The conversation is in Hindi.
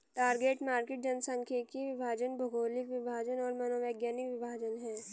टारगेट मार्केट जनसांख्यिकीय विभाजन, भौगोलिक विभाजन और मनोवैज्ञानिक विभाजन हैं